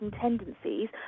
tendencies